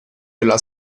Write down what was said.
della